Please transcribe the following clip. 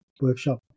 workshop